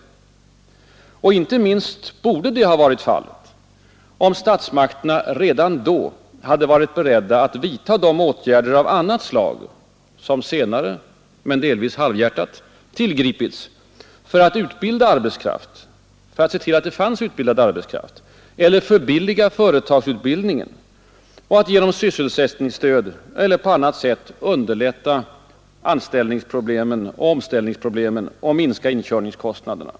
Inte minst borde det ha blivit fallet om statsmakterna redan då varit beredda att vidta de åtgärder av annat slag som senare — och delvis halvhjärtat — tillgripits för att utbilda arbetskraft, för att se till att det fanns utbildad arbetskraft eller för att förbilliga företagsutbildningen och för att genom sysselsättningsstöd eller på annat sätt underlätta anställningsproblemen och omställningsproblemen och minska igångkörningskostnaderna.